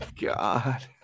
God